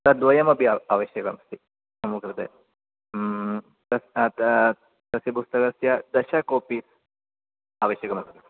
तद्द्वयमपि आव आवश्यकमस्ति मम कृते तस् त तस्य पुस्तकस्य दश कोपीस् आवश्यकमस्ति